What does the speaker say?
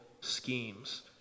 schemes